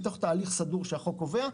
בתוך תהליך סדור שהחוק קובע,